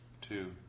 two